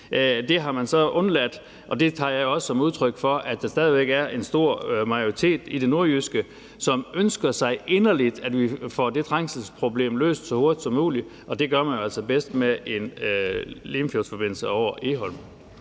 Det har man så undladt, og det tager jeg også som et udtryk for, at der i det nordjyske stadig væk er en stor majoritet, som inderligt ønsker sig, at vi får det trængselsproblem løst så hurtigt som muligt, og det gør man jo altså bedst med en Limfjordsforbindelse over Egholm.